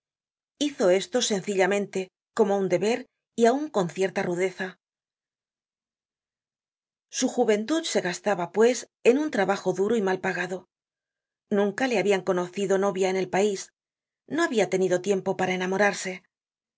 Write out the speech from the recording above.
hizo esto sencillamente como un deber y aun con cierta rudeza content from google book search generated at su juventud se gastaba pues en un trabajo duro y mal pagado nunca le habian conocido novia en el pais no habia tenido tiempo para enamorarse por